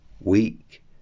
weak